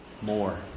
more